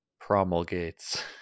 promulgates